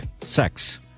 sex